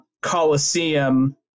Coliseum